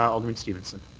alderman stevenson.